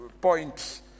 points